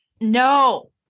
No